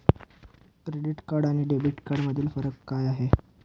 Credit card आणि debit कार्डमधील फरक काय आहे?